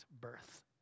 birth